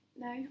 No